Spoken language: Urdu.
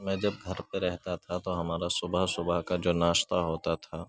میں جب گھر پہ رہتا تھا تو ہمارا صبح صبح کا جو ناشتہ ہوتا تھا